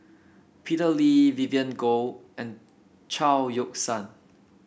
Peter Lee Vivien Goh and Chao Yoke San